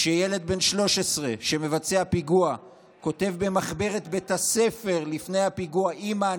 כשילד בן 13 שמבצע פיגוע כותב במחברת בית הספר לפני הפיגוע: אימא,